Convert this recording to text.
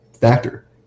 factor